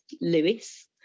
Lewis